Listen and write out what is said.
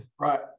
Right